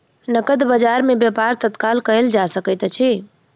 नकद बजार में व्यापार तत्काल कएल जा सकैत अछि